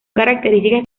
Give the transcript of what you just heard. características